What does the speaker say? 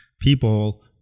people